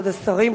כבוד השרים,